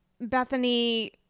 Bethany